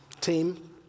team